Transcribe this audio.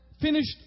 finished